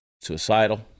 suicidal